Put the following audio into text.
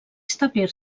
establir